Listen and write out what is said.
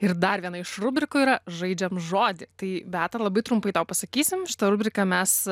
ir dar viena iš rubrikų yra žaidžiam žodį tai beata labai trumpai tau pasakysim rubriką mes